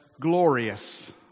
glorious